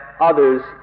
others